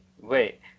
Wait